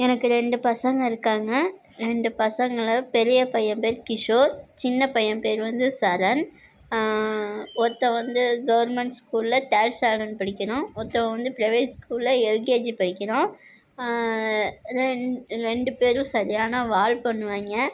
எனக்கு ரெண்டு பசங்கள் இருக்காங்க ரெண்டு பசங்கள் பெரிய பையன் பெயரு கிஷோர் சின்ன பையன் பெயரு வந்து சரண் ஒருத்தன் வந்து கவர்மெண்ட் ஸ்கூலில் தேர்ட் ஸ்டாண்டர்ட் படிக்கிறான் ஒருத்தவன் வந்து ப்ரைவேட் ஸ்கூலில் எல்கேஜி படிக்கிறான் ரெண்ட் ரெண்டு பேரும் சரியான வால் பண்ணுவாங்க